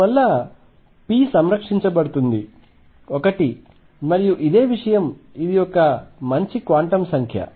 అందువలన p సంరక్షించబడుతుంది ఒకటి మరియు అదే విషయం ఇది ఒక మంచి క్వాంటం సంఖ్య